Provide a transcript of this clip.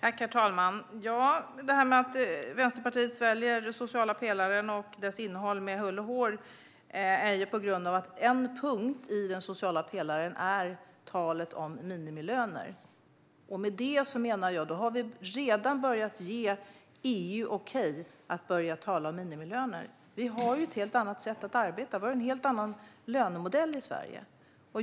Herr talman! Att Vänsterpartiet sväljer den sociala pelaren och dess innehåll med hull och hår är ju på grund av att en punkt i den sociala pelaren är talet om minimilöner. Med det, menar jag, har vi redan börjat ge EU ett okej till att börja tala om minimilöner. Men vi i Sverige har ju ett helt annat sätt att arbeta och en helt annan lönemodell.